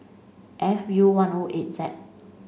F U one O eight Z